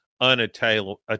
unattainable